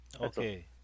Okay